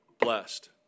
blessed